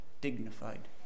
dignified